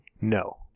No